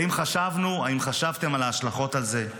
האם חשבנו, האם חשבתם על ההשלכות של זה,